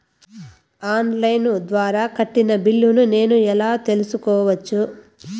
On line ద్వారా కట్టిన బిల్లును నేను ఎలా తెలుసుకోవచ్చు?